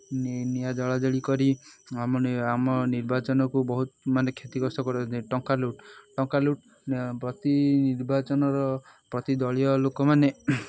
ନିଆଁ ଜଳା ଜଳି କରି ଆମ ଆମ ନିର୍ବାଚନକୁ ବହୁତ ମାନେ କ୍ଷତିଗ୍ରସ୍ତ କରନ୍ତି ଟଙ୍କା ଲୁଟ ଟଙ୍କା ଲୁଟ ପ୍ରତି ନିର୍ବାଚନର ପ୍ରତି ଦଳୀୟ ଲୋକମାନେ